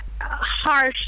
harsh